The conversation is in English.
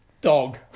dog